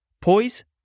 poise